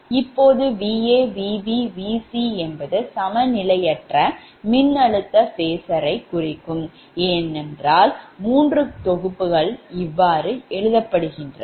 இப்போது VaVbVc என்பது சமநிலையற்ற மின்னழுத்த phasorரைக் குறிக்கும் என்றால் மூன்று தொகுப்புகள் இவ்வாறு எழுதப்படுகின்றன